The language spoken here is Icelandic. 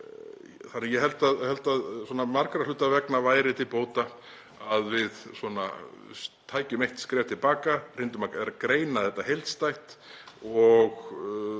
Ég held að margra hluta vegna væri til bóta að við tækjum eitt skref til baka, reyndum að greina þetta heildstætt og